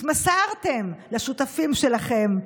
התמסרתם לשותפים שלכם,